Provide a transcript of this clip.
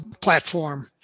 platform